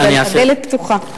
הדלת פתוחה.